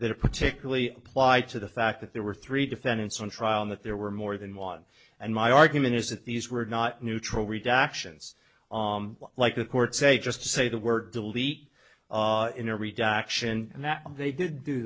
that are particularly plied to the fact that there were three defendants on trial and that there were more than one and my argument is that these were not neutral redactions on like a court say just to say the word delete